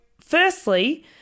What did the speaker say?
firstly